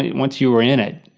once you were in it,